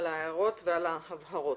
ההערות ועל ההבהרות..